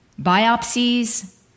biopsies